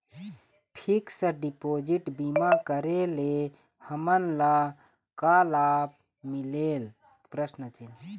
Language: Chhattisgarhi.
फिक्स डिपोजिट बीमा करे ले हमनला का लाभ मिलेल?